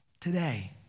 today